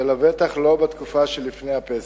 ולבטח לא בתקופה שלפני פסח.